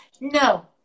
No